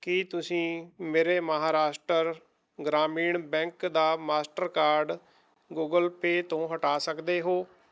ਕੀ ਤੁਸੀਂਂ ਮੇਰੇ ਮਹਾਰਾਸ਼ਟਰ ਗ੍ਰਾਮੀਣ ਬੈਂਕ ਦਾ ਮਾਸਟਰਕਾਰਡ ਗੂਗਲ ਪੇ ਤੋਂ ਹਟਾ ਸਕਦੇ ਹੋ